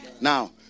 Now